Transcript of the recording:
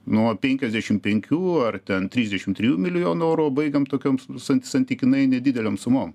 nuo penkiasdešim penkių ar ten trisdešim trijų milijonų eurų o baigiam tokioms sans santykinai nedidelėm sumom